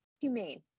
humane